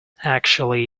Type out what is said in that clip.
actually